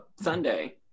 Sunday